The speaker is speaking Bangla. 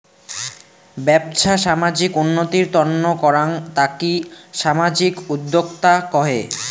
বেপছা সামাজিক উন্নতির তন্ন করাঙ তাকি সামাজিক উদ্যক্তা কহে